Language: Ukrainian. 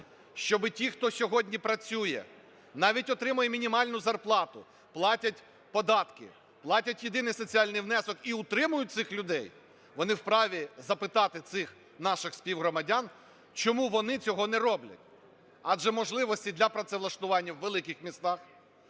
щоб ті, хто сьогодні працює, навіть отримує мінімальну зарплату, платять податки, платять єдиний соціальний внесок і утримують цих людей, вони в праві запитати цих наших співгромадян, чому вони цього не роблять, адже можливості для працевлаштування в великих містах,